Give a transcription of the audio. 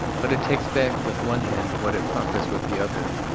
but it takes back with one hand what it proffers with the other.